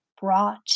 brought